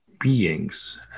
beings